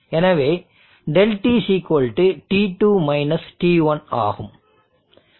எனவே ∆TT2 T1 ஆகும்